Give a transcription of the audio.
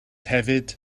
hefyd